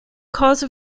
cause